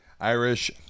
Irish